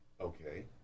Okay